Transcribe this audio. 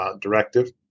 directive